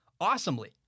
awesomely